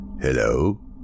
Hello